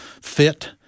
fit